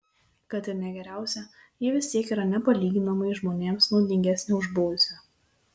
kad ir ne geriausia ji vis tiek yra nepalyginamai žmonėms naudingesnė už buvusią